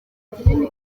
kinini